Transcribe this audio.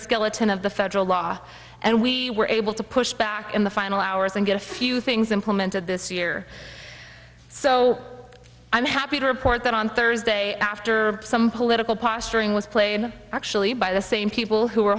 skeleton of the federal law and we were able to push back in the final hours and get a few things implemented this year so i'm happy to report that on thursday after some political posturing was played actually by the same people who